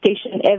station